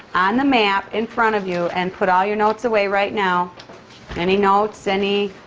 on the map, in front of you and put all your notes away right now any notes, any.